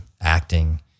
acting